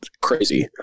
crazy